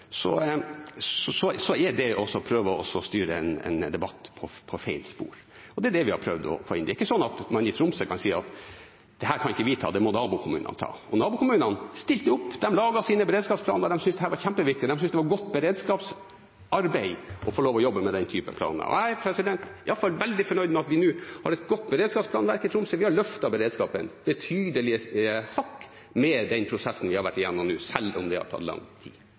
er det å prøve å styre en debatt på feil spor. Det er det vi har prøvd å få inn. Det er ikke slik at man i Tromsø kan si at dette kan ikke de ta, det må nabokommunene ta. Nabokommunene stilte opp, de laget sine beredskapsplaner, de syntes dette var kjempeviktig, og at det var godt beredskapsarbeid å få lov å jobbe med denne typen planer. Jeg iallfall veldig fornøyd med at vi nå har et godt beredskapsplanverk i Tromsø. Vi har løftet beredskapen betydelige hakk med den prosessen vi har vært igjennom nå, selv om det har tatt lang tid.